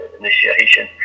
initiation